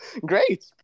great